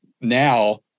now